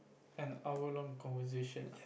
an hour long conversation